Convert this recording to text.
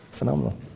phenomenal